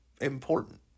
important